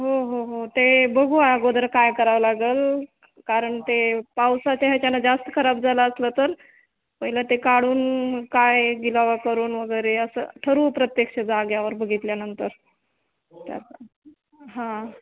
हो हो हो ते बघू अगोदर काय करावं लागंल क् कारण ते पावसाच्या ह्याच्यानं जास्त खराब झालं असलं तर पहिलं ते काढून काय गिलावा करून वगैरे असं ठरवू प्रत्यक्ष जाग्यावर बगितल्यानंतर त्यात हां